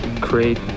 create